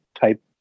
type